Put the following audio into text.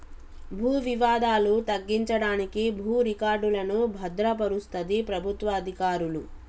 భూ వివాదాలు తగ్గించడానికి భూ రికార్డులను భద్రపరుస్తది ప్రభుత్వ అధికారులు